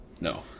No